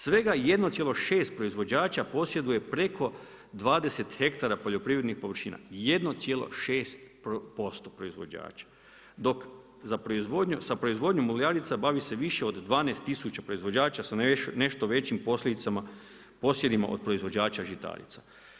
Svega 1,6 proizvođača posjeduje preko 20 hektara poljoprivrednih površina, 1,6% proizvođača, dok, sa proizvodnjom uljarica bavi se više od 12000 proizvođača sa nešto većim posljedicama posjedima od proizvođača žitarica.